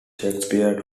shakespeare